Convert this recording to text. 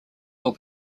will